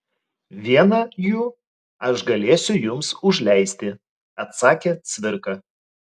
vieną jų aš galėsiu jums užleisti atsakė cvirka